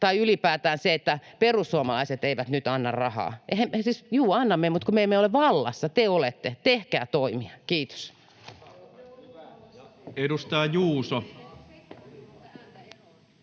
tai ylipäätään se, että perussuomalaiset eivät nyt anna rahaa. Siis juu, antaisimme, mutta kun me emme ole vallassa. Te olette — tehkää toimia. — Kiitos. Edustaja Juuso.